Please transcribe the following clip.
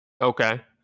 Okay